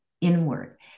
inward